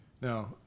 Now